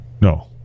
No